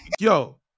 yo